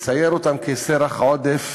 לצייר אותם כסרח עודף